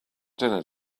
dinner